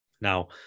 Now